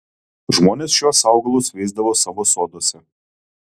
žmonės šiuos augalus veisdavo savo soduose